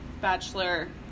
Bachelor